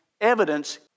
evidence